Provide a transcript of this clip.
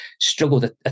struggled